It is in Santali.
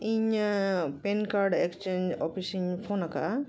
ᱤᱧ ᱯᱮᱱ ᱠᱟᱨᱰ ᱮᱠᱥᱪᱮᱧᱡᱽ ᱚᱯᱷᱤᱥ ᱤᱧ ᱯᱷᱳᱱ ᱟᱠᱟᱫᱼᱟ